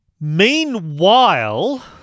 Meanwhile